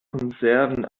konserven